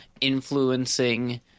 influencing